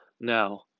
Now